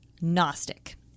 Gnostic